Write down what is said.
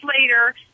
later